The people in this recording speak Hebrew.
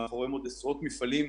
מאחוריהם עוד עשרות מפעלים,